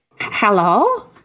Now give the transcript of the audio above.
Hello